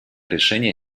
решения